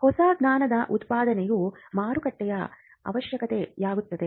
ಹೊಸ ಜ್ಞಾನದ ಉತ್ಪಾದನೆಯು ಮಾರುಕಟ್ಟೆಯ ಅವಶ್ಯಕತೆಯಾಗುತ್ತದೆ